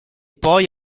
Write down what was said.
poi